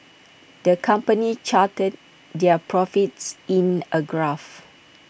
the company charted their profits in A graph